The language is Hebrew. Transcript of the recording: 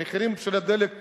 המחירים של הדלק בשמים.